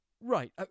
Right